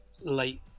late